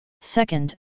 Second